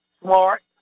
smart